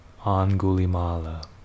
Angulimala